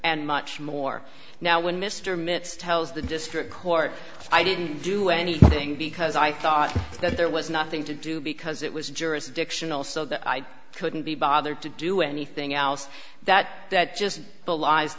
and much more now when mr mit's tells the district court i didn't do anything because i thought that there was nothing to do because it was jurisdictional so that i couldn't be bothered to do anything else that that just belies